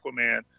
Aquaman